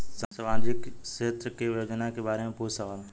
सामाजिक क्षेत्र की योजनाए के बारे में पूछ सवाल?